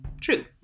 True